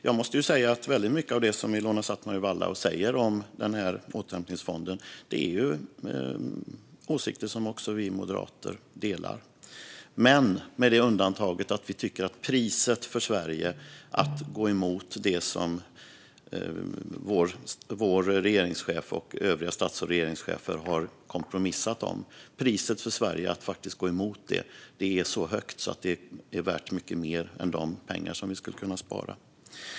Jag måste säga att mycket av det som Ilona Szatmari Waldau säger om återhämtningsfonden är åsikter som också vi moderater delar, men med det undantaget att vi tycker att priset för Sverige att gå emot det som vår regeringschef och övriga stats och regeringschefer har kompromissat fram är så högt att det kostar mer än de pengar som vi skulle kunna spara.